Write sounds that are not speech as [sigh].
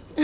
[laughs]